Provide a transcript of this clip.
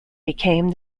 became